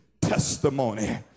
testimony